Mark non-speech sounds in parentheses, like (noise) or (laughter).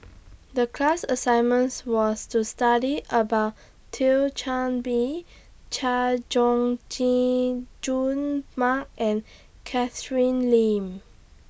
The class assignments was to study about Thio Chan Bee Chay Jung (unintelligible) Jun Mark and Catherine Lim